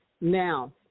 Now